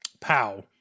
POW